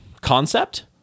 concept